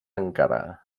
encara